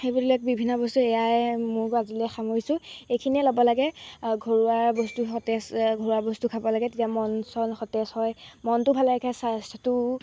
সেইবিলাক বিভিন্ন বস্তু এয়াই মোৰ আজিলৈ সামৰিছোঁ এইখিনিয়ে ল'ব লাগে ঘৰুৱা বস্তু সতেজ ঘৰুৱা বস্তু খাব লাগে তেতিয়া মন চন সতেজ হয় মনটো ভালে ৰাখে স্বাস্থ্যটো